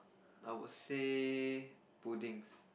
I would say puddings